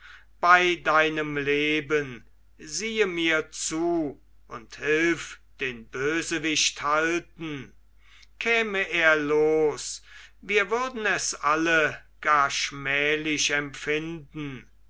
bei deinem leben siehe mir zu und hilf den bösewicht halten käm er los wir würden es alle gar schmählich empfinden